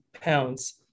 pounds